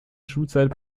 schulzeit